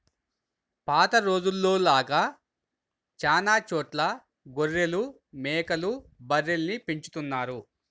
పాత రోజుల్లో లాగా చానా చోట్ల గొర్రెలు, మేకలు, బర్రెల్ని పెంచుతున్నారు